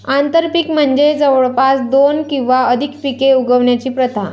आंतरपीक म्हणजे जवळपास दोन किंवा अधिक पिके उगवण्याची प्रथा